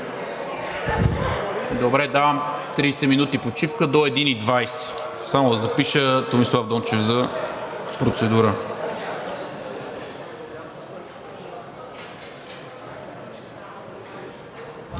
Добре, давам 30 минути почивка до 13,20 ч. Записвам Томислав Дончев за процедура.